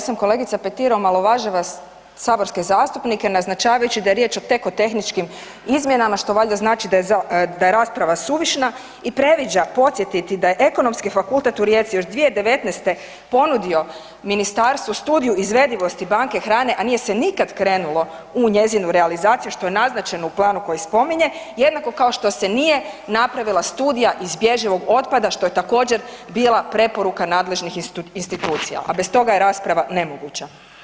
Čl. 238., kolegica Petir omalovažila je saborske zastupnike naznačavajući da je riječ tek o tehničkim izmjenama što valjda znači da rasprava suvišna i previđa podsjetiti da je Ekonomski fakultet u Rijeci još 2019. ponudio ministarstvu studiju izvedivosti banke hrane a nije se nikad krenulo u njezinu realizaciju što je naznačeno u planu koji spominje, jednako kao što se nije napravila studija izbježivog otpada, što je također bila preporuka nadležnih institucija a bez toga je rasprava nemoguća.